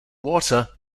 water